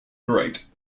great